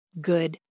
good